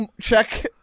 check